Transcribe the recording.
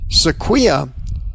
Sequia